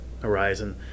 Horizon